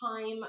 time